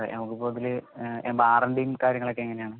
നമുക്കിപ്പോൾ ഇതിൽ വാറന്റിയും കാര്യങ്ങളുമൊക്കെ എങ്ങനെയാണ്